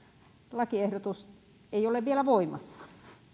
lakiehdotus ei ole vielä voimassa